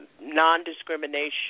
non-discrimination